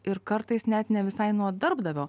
ir kartais net ne visai nuo darbdavio